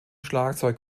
schlagzeug